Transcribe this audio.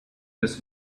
this